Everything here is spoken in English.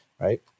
Right